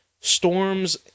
Storms